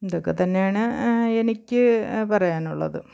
ഇതൊക്കെ തന്നെയാണ് എനിക്ക് പറയാനുള്ളത്